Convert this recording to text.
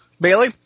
Bailey